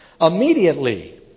Immediately